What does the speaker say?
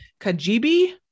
Kajibi